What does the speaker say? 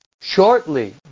shortly